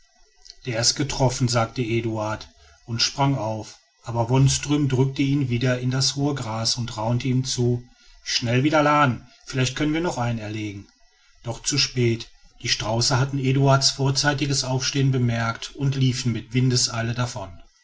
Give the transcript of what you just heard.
der ist getroffen sagte eduard und sprang auf aber wonström drückte ihn wieder in das hohe gras und raunte ihm zu schnell wieder laden vielleicht können wir noch einen erlegen doch zu spät die strauße hatten eduard's vorzeitiges aufstehen bemerkt und liefen mit windeseile davon